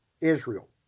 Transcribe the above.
Israel